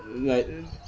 like